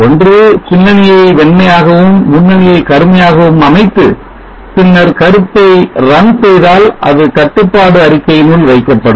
ஒன்று பின்னணியை வெண்மையாகவும் முன்னணியை கருமையாகவும் அமைத்து பின்னர் கருத்தை run செய்தால் அது கட்டுப்பாடு அறிக்கையினுள் வைக்கப்படும்